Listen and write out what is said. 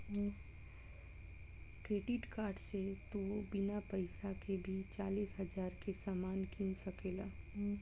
credit card से तू बिना पइसा के भी चालीस हज़ार के सामान किन सकेल